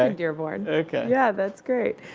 ah dearborn. okay. yeah, that's great.